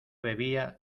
bebía